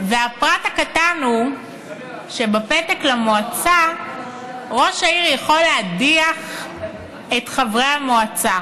והפרט הקטן הוא שבפתק למועצה ראש העיר יכול להדיח את חברי המועצה.